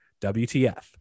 WTF